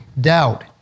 doubt